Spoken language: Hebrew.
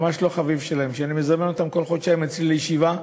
ממש לא חביב שלהם כשאני מזמן אותם בכל חודשיים אצלי לישיבה,